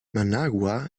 managua